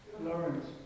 Lawrence